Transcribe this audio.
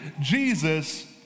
Jesus